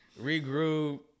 regroup